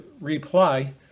reply